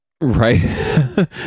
right